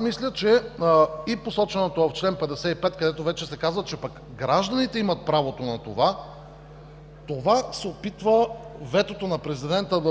Мисля, че посоченото в чл. 55, където вече се казва, че пък гражданите имат правото на това, това се опитва да подскаже ветото на президента.